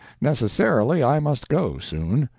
necessarily, i must go soon.